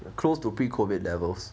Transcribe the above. close to pre COVID levels